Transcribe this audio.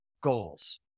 goals